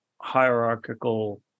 hierarchical